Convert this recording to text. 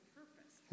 purpose